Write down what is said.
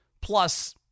plus